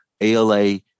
ALA